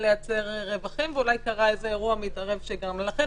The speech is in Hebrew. לייצר רווחים ואולי קרה איזה אירוע מתערב שגרם לה לקשיים.